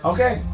Okay